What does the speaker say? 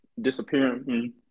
disappearing